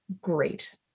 great